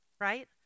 right